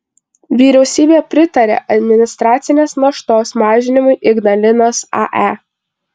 vyriausybė pritarė administracinės naštos mažinimui ignalinos ae